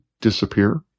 disappear